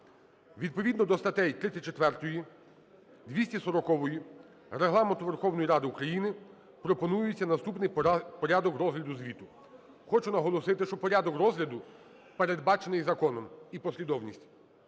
Відповідно до статей 34-ї, 240-ї Регламенту Верховної Ради України пропонується наступний порядок розгляду звіту. Хочу наголосити, що порядок розгляду передбачений законом, і послідовність.